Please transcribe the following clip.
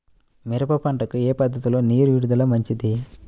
మిరప పంటకు ఏ పద్ధతిలో నీరు విడుదల మంచిది?